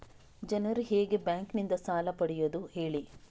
ಜನರು ಹೇಗೆ ಬ್ಯಾಂಕ್ ನಿಂದ ಸಾಲ ಪಡೆಯೋದು ಹೇಳಿ